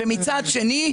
מצד שני,